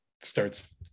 starts